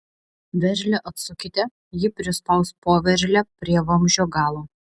veržlę atsukite ji prispaus poveržlę prie vamzdžio galo